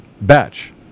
batch